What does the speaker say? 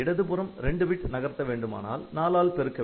இடதுபுறம் 2 பிட் நகர்த்த வேண்டுமானால் '4' ஆல் பெருக்க வேண்டும்